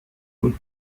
und